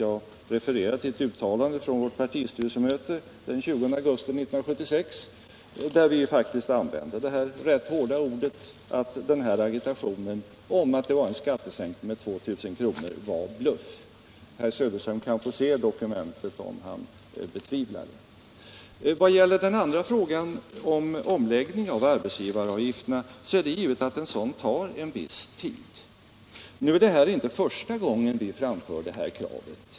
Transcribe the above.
Jag refererar till ett uttalande från vårt partistyrelsemöte den 20 augusti 1976, där vi faktiskt använde det rätt hårda ordet att agitationen om att det var en skattesänkning med 2 000 kr. var en bluff. Herr Söderström kan få se dokumentet om han betvivlar detta. Vad gäller den andra frågan, omläggningen av arbetsgivaravgifterna, så är det givet att en sådan tar en viss tid. Men det här är inte första gången vi framför ett sådant krav.